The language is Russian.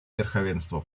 верховенства